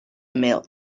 mill